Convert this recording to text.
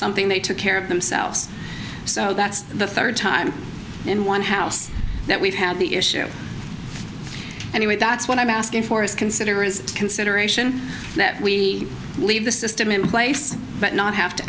something they took care of themselves so that's the third time in one house that we've had the issue anyway that's what i'm asking for is consider is consideration that we leave the system in place but not have to